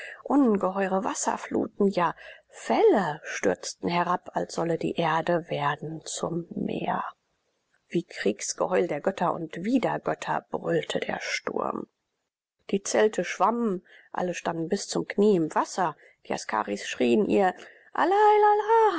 ungeheure wasserfluten ja fälle stürzten herab als solle die erde werden zum meer wie kriegsgeheul der götter und widergötter brüllte der sturm die zelte schwammen alle standen bis zum knie im wasser die askaris schrien ihr allah